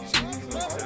Jesus